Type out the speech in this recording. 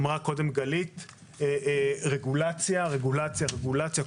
אמרה קודם גלית "רגולציה, רגולציה רגולציה".